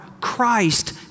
Christ